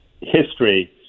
history